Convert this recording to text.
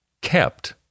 kept